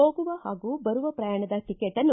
ಹೋಗುವ ಹಾಗೂ ಬರುವ ಪ್ರಯಾಣದ ಟಕೇಟ್ನ್ನು